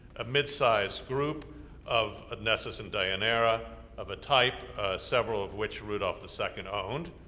a mid-size group of adonesses and dionara, of a type several of which rudolph the second owned,